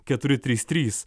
keturi trys trys